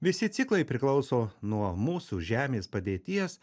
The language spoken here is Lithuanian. visi ciklai priklauso nuo mūsų žemės padėties